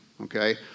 okay